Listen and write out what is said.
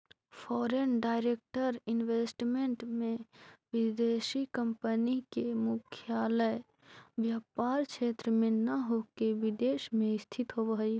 foreign direct investment में विदेशी company के मुख्यालय व्यापार क्षेत्र में न होके विदेश में स्थित होवऽ हई